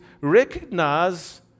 recognize